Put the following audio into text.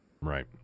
Right